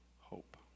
hope